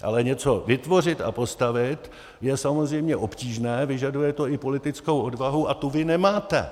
Ale něco vytvořit a postavit, je samozřejmě obtížné, vyžaduje to i politickou odvahu a tu vy nemáte!